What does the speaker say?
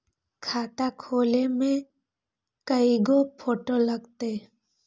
खाता खोले में कइगो फ़ोटो लगतै?